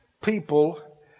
people